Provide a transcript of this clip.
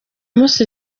munsi